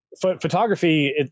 photography